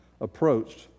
approached